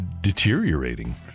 deteriorating